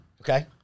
Okay